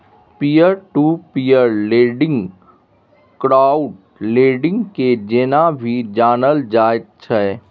peer to peer lending crowd lending के जेना भी जानल जाइत छै